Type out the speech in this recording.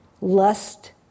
lust